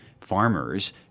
farmers